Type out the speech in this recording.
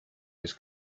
his